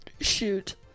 shoot